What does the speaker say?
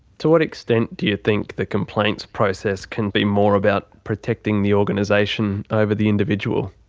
to what extent do you think the complaints process can be more about protecting the organisation over the individual?